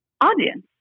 audience